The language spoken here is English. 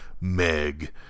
Meg